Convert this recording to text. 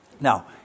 Now